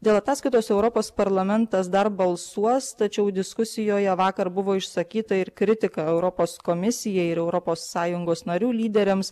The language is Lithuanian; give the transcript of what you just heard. dėl ataskaitos europos parlamentas dar balsuos tačiau diskusijoje vakar buvo išsakyta ir kritika europos komisijai ir europos sąjungos narių lyderiams